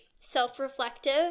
self-reflective